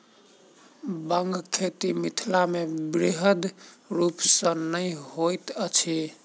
बांगक खेती मिथिलामे बृहद रूप सॅ नै होइत अछि